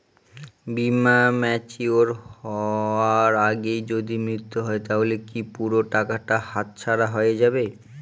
বীমা ম্যাচিওর হয়ার আগেই যদি মৃত্যু হয় তাহলে কি পুরো টাকাটা হাতছাড়া হয়ে যাবে?